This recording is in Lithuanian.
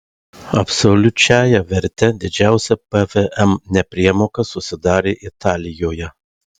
absoliučiąja verte didžiausia pvm nepriemoka susidarė italijoje